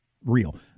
real